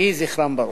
יהי זכרם ברוך.